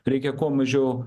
reikia kuo mažiau